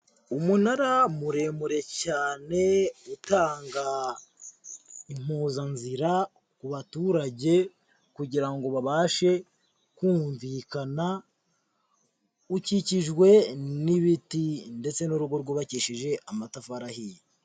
Umunara muremure cyane utanga impuzanzira ku baturage, kugira ngo babashe kumvikana, ukikijwe n'ibiti ndetse n'urugo rwubakishije amatafari ahiye.